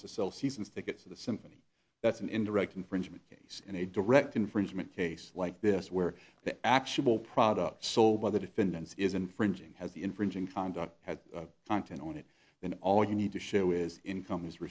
was to sell season's tickets to the symphony that's an indirect infringement case and a direct infringement case like this where the actual product sold by the defendants is infringing has the infringing conduct had content on it then all you need to show is income